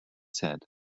said